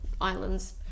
islands